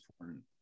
important